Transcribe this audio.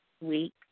week